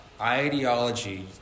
ideology